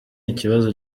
ikibazo